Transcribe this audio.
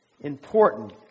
important